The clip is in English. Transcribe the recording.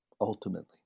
ultimately